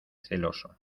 celoso